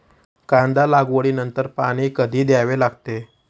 कांदा लागवडी नंतर पाणी कधी द्यावे लागते?